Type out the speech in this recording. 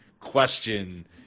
question